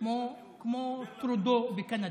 כמו טרודו בקנדה.